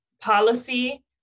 policy